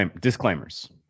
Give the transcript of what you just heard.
disclaimers